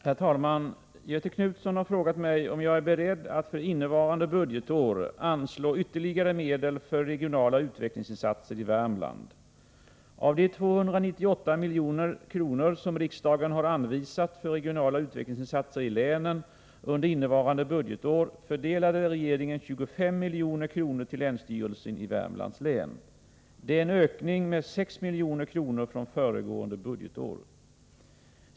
Herr talman! Göthe Knutson: har frågat mig om jag är beredd att för innevarande budgetår anslå ytterligare medel för regionala utvecklingsinsatser i Värmland. Av de 298 milj.kr. som riksdagen har anvisat för regionala utvecklingsinsatser i länen under innevarande budgetår fördelade regeringen 25 milj.kr. till länsstyrelsen i Värmländs län; Detär en ökning med 6 milj.kr. från föregående budgetår.